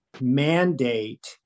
mandate